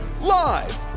Live